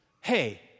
hey